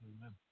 Amen